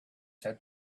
had